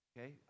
Okay